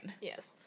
Yes